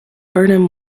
burnham